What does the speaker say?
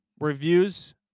reviews